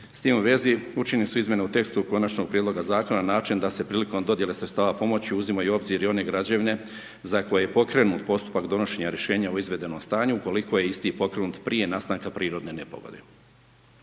S tim u vezi učinjene su izmjene u tekstu konačnog prijedloga zakona na način da se prilikom dodjele sredstava pomoći uzimaju u obzir i one građevine za koje je pokrenut postupak donošenja rješenja o izvedenom stanju ukoliko je isti pokrenut prije nastanka prirodne nepogode.